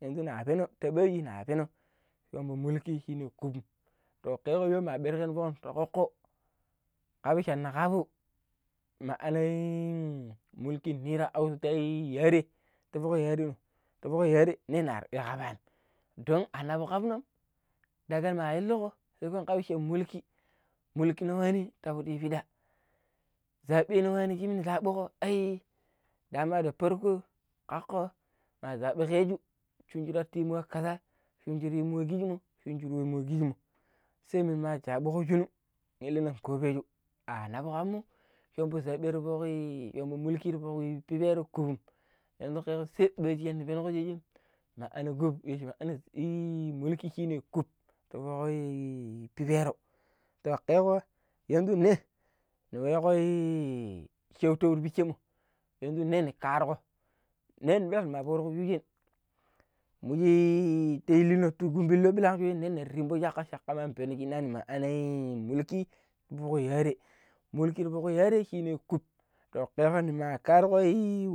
﻿yanzu na penom ta baji na penam shamvo mulki shine kum keko shooje ma berino ti kokko kaabi shanna kaabu ma'ana mulki ta mira ta yare ta fok yaare ta fok yare ta foke yare nenar iya-kabaanim don a nabu kafnom, daga ma illuko meko kaabi cha, mulki, mulkino wane ti pidi yu piidda zabeno wane shimi i daman da farko kakko ma zabikeju shu shira ti yiimuwe kaza, shirur yiimu we kijimmo shirur yiimu we kijimmo sai minama jabuko shinu illina koveeju a nabu kammu shoomvo zabe shoovo mulki ni ta fok piperom kup yantu sai baji shinna penuko baaji ma'ana kup mulki shine kup ta fok pipero ta kekoa yanzu ne ni weeko shautau ti piccemmo yanzu ne na karugo ni nwan na foruko shoojen muji ti ta iluno kumbilo nir rimb cakka, cakkama peno shi naani ma'ana mulki ti fok yaare mulki ti fok yaare shine kup to ɗinko mun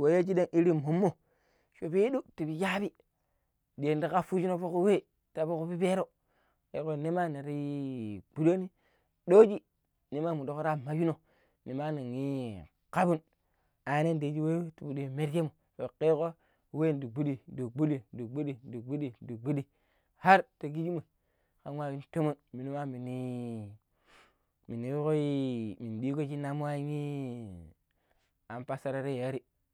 wayan nima we shidam wmmo sho pedeu ti pi shaabi ta fok we ta fok pipero, kokko nema nir gbudaani dogi ne ma mandi ta majunon, nema nin i kaabun we an yanda we shi ti pidu yung merjemo we keko ndi gbudi-ndi gbudi-ndi gbudi-ndi gbudi-ndi gbudi har ta kijimmoi kan nwa nyung tomon minu nyiiboi-minu diigo shiinaamu an i anfasarata yaare.